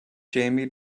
jamie